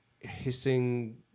hissing